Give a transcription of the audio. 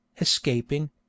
escaping